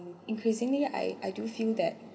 increasingly I I do feel that